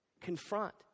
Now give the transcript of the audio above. confront